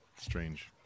strange